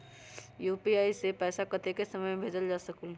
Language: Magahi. यू.पी.आई से पैसा कतेक समय मे भेजल जा स्कूल?